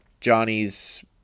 Johnny's